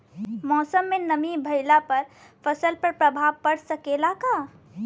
मौसम में नमी भइला पर फसल पर प्रभाव पड़ सकेला का?